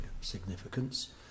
significance